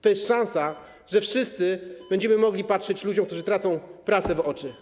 To jest szansa, że wszyscy będziemy mogli patrzeć ludziom, którzy tracą pracę, w oczy.